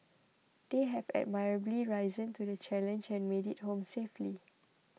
they have admirably risen to the challenge and made it home safely